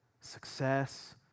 success